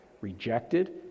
rejected